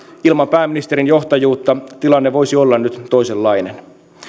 ilman pääministerin johtajuutta tilanne voisi olla nyt toisenlainen